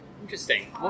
Interesting